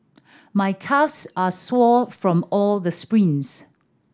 my calves are sore from all the sprints